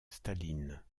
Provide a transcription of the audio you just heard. staline